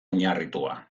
oinarritua